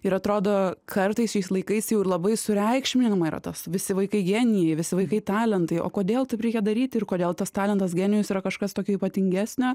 ir atrodo kartais šiais laikais jau ir labai sureikšminama yra tas visi vaikai genijai visi vaikai talentai o kodėl taip reikia daryti ir kodėl tas talentas genijus yra kažkas tokio ypatingesnio